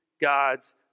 God's